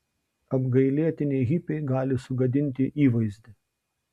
apgailėtini hipiai gali sugadinti įvaizdį